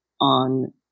on